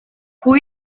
pwy